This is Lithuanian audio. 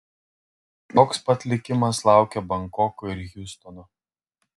toks pat likimas laukia bankoko ir hjustono